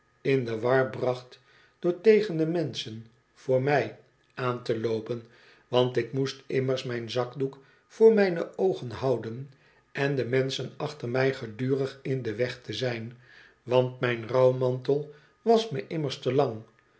in de war bracht door tegen de menschen voor mij aan te loopen want ik moest immers mijn zakdoek voor mijne oogen houden en de menschen achter mij gedurig in den weg te zijn want mijn rouwmantel was me immers te